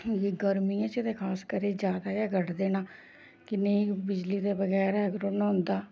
गर्मियाें च ते खास करी ज्यादा गै कटदे न कि नेईं बिजली दे बगैरा ऐ बी नेईं रौह्न होंदा